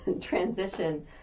transition